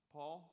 Paul